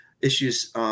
issues